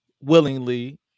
willingly